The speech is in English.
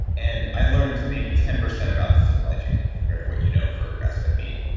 and i learned maybe ten percent about the supply chain compared to what you know for grass-fed meat,